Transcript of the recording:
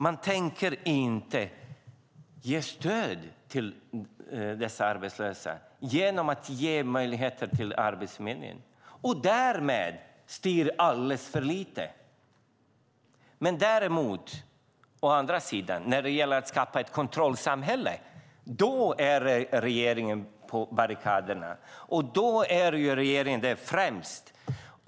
Den tänker inte ge stöd till dessa arbetslösa genom att ge möjligheter till Arbetsförmedlingen. Därmed styr den alldeles för lite. När det däremot å andra sidan gäller att skapa ett kontrollsamhälle är regeringen på barrikaderna och står främst.